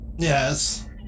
Yes